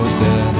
dead